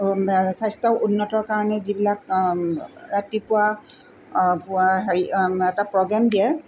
স্বাস্থ্যৰ উন্নত কাৰণে যিবিলাক ৰাতিপুৱা পুৱা হেৰি এটা প্ৰগ্ৰেম দিয়ে